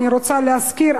אני רוצה להזכיר,